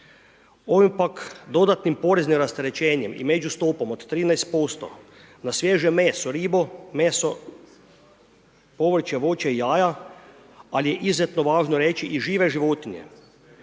Ovim pak dodatnim poreznim rasterećenjem i među stopom od 13% na svježe meso, ribu, povrće, voće i jaja, ali izuzetno važno reći i žive životinje,